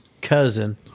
cousin